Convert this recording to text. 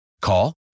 Call